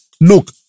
look